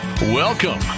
Welcome